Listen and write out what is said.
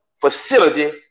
facility